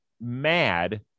mad